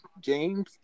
James